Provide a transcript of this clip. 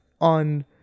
on